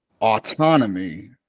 autonomy